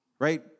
right